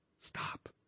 Stop